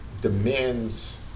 demands